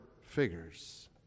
figures